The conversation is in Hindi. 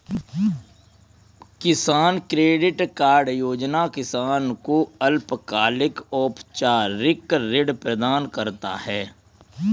किसान क्रेडिट कार्ड योजना किसान को अल्पकालिक औपचारिक ऋण प्रदान करता है